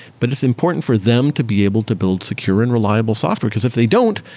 but it's important for them to be able to build secure and reliable software. because if they don't,